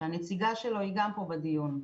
והנציגה שלו גם פה בדיון.